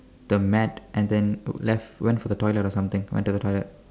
the mat and then left went for the toilet or something went to the toilet